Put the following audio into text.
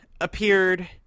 appeared